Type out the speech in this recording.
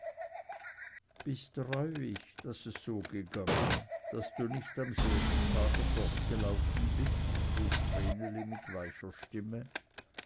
bist reuig daß es so gegangen daß du nicht am selben tage fortgelaufen bist frug vreneli mit weicher stimme